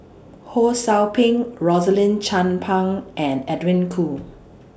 Ho SOU Ping Rosaline Chan Pang and Edwin Koo